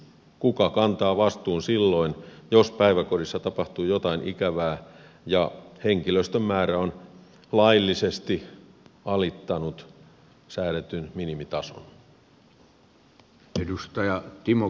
kuka kantaa vastuun silloin jos päiväkodissa tapahtuu jotain ikävää ja henkilöstön määrä on laillisesti alittanut säädetyn minimitason